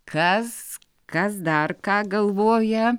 kas kas dar ką galvoja